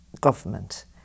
government